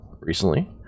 recently